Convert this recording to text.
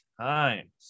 times